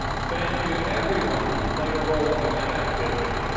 thank you to everyone who played a role in that activity.